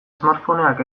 smartphoneak